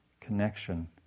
connection